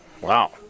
Wow